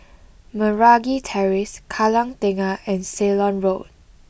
Meragi Terrace Kallang Tengah and Ceylon Road